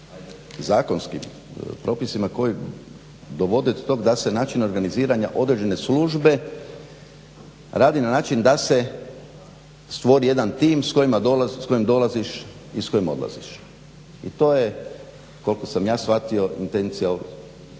zakonskim propisima koji dovode do tog da se način organiziranja određene službe radi na način da se stvori jedan tim s kojim dolaziš i s kojim odlaziš. I to je koliko sam ja shvatio intencija ovog